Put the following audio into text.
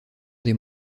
des